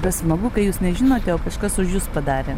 bet smagu kai jūs nežinote o kažkas už jus padarė